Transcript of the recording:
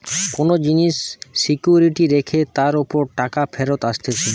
কোন জিনিস সিকিউরিটি রেখে তার উপর টাকা ফেরত আসতিছে